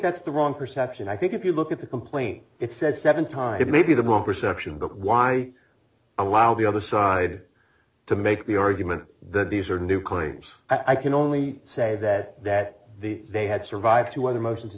that's the wrong perception i think if you look at the complaint it says seven times maybe the more perception but why allow the other side to make the argument that these are new claims i can only say that that the they had survived two other motions to